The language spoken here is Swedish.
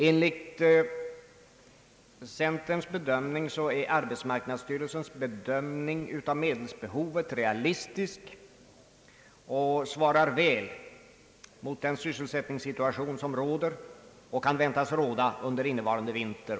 Enligt centerns uppfattning är arbetsmarknadsstyrelsens bedömning av medelsbehovet realistisk och svarar väl mot den sysselsättningssituation som råder och kan väntas råda under vintern och våren.